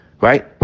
right